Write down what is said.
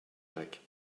jacques